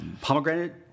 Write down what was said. pomegranate